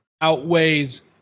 outweighs